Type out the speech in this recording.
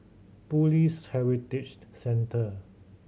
Police Heritage Centre